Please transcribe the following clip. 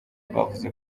bavuze